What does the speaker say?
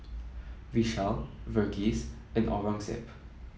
Vishal Verghese and Aurangzeb